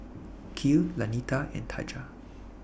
Kiel Lanita and Taja